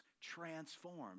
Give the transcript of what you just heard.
transformed